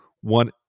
one